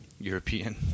European